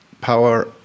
power